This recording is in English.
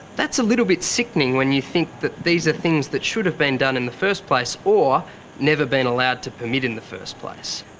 that's a little bit sickening when you think that these are things that should have been done in the first place, or never been allowed to permit in the first place.